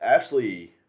Ashley